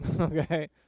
okay